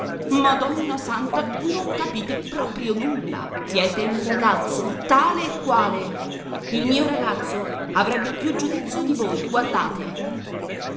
madonna santa non capite proprio nulla siete un ragazzo tale e quale il mio ragazzo avrebbe più giudizio di voi guardate